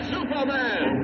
Superman